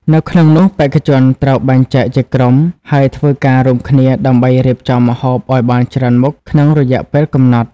នៅក្នុងនោះបេក្ខជនត្រូវបែងចែកជាក្រុម ហើយធ្វើការរួមគ្នាដើម្បីរៀបចំម្ហូបឲ្យបានច្រើនមុខក្នុងរយៈពេលកំណត់។